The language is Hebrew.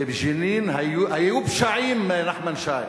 בג'נין היו פשעים, נחמן שי.